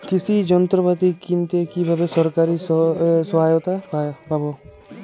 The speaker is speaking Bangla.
কৃষি যন্ত্রপাতি কিনতে কিভাবে সরকারী সহায়তা পাব?